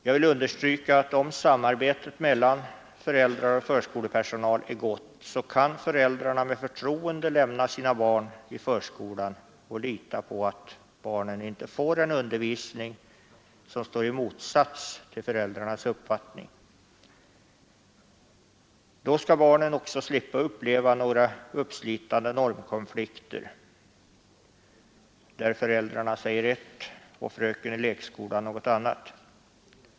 Jag vill understryka att om samarbetet mellan föräldrar och förskolepersonal är gott, kan föräldrarna med förtroende lämna sina barn i förskolan och lita på att barnen inte får en undervisning som står i motsats till föräldrarnas uppfattning. Då skall barnen också slippa uppleva några uppslitande normkonflikter där föräldrarna säger ett och fröken i lekskolan något annat.